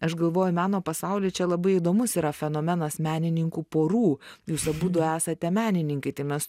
aš galvoju meno pasauly čia labai įdomus yra fenomenas menininkų porų jūs abudu esate menininkai tai mes